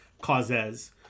causes